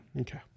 Okay